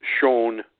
shown